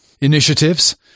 initiatives